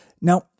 Now